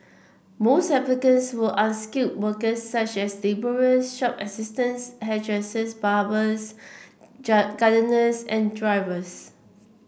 most applicants were unskilled worker such as labourer shop assistants hairdressers barbers gardeners and drivers